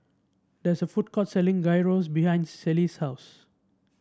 there is a food court selling Gyros behind Ceil's house